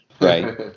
right